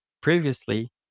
previously